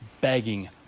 begging